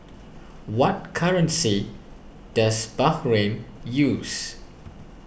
what currency does Bahrain use